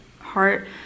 heart